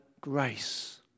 grace